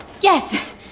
Yes